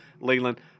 Leland